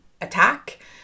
attack